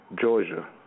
Georgia